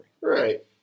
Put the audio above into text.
right